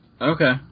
Okay